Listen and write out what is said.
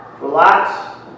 Relax